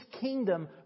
kingdom